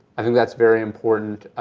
i think that's very important.